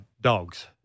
dogs